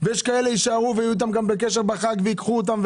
ויש כאלה שיישארו ויהיו איתם גם בקשר בחג וייקחו אותם,